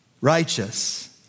righteous